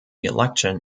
election